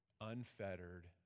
unfettered